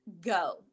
go